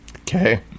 Okay